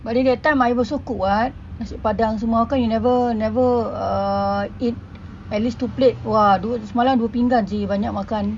but then that time I also cook [what] nasi padang semua how come you never never err eat at least two plate !wah! semalam dua pinggan seh banyak makan